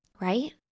Right